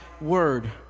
word